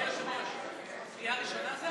זו קריאה ראשונה?